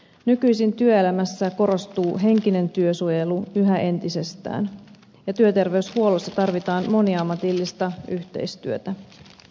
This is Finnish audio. nykyisin työelämässä korostuu henkinen työsuojelu yhä entisestään ja työterveyshuollossa tarvitaan moniammatillista yhteistyötä